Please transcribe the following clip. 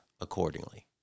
accordingly